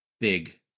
big